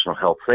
Health